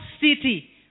city